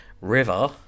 River